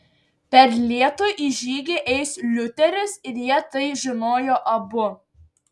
per lietų į žygį eis liuteris ir jie tai žinojo abu